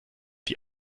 die